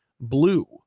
blue